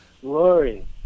Glory